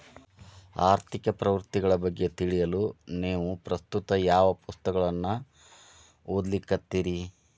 ಆರ್ಥಿಕ ಪ್ರವೃತ್ತಿಗಳ ಬಗ್ಗೆ ತಿಳಿಯಲು ನೇವು ಪ್ರಸ್ತುತ ಯಾವ ಪುಸ್ತಕಗಳನ್ನ ಓದ್ಲಿಕತ್ತಿರಿ?